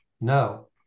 no